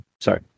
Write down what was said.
sorry